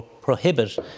prohibit